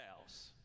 house